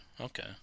Okay